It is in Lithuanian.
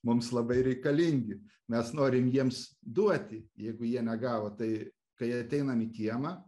mums labai reikalingi mes norim jiems duoti jeigu jie negavo tai kai ateinam į kiemą